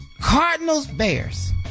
Cardinals-Bears